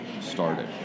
started